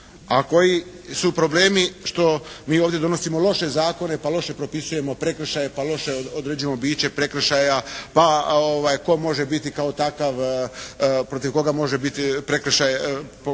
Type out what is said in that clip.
a koji su problemi što mi ovdje donosimo loše zakone pa loše propisujemo prekršaje, pa loše određujemo biće prekršaja pa tko može biti kao takav, protiv koga može biti prekršaj, protiv